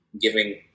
giving